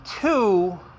two